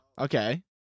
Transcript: okay